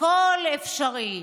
הכול אפשרי.